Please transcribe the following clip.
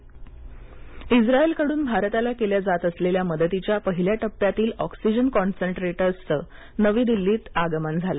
Israel oxygen इस्रायलकडून भारताला केल्या जात असलेल्या मदतीच्या पहिल्या टप्प्यातील ऑक्सीजन कॉन्सन्ट्रेटर्सचं नवी दिल्लीत आगमन झालं